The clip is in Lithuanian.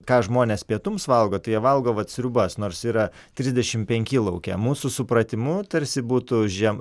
ką žmonės pietums valgo tai jie valgo vat sriubas nors yra trisdešim penki lauke mūsų supratimu tarsi būtų žiem